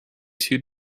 two